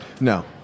No